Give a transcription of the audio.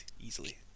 easily